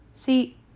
See